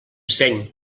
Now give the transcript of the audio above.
seny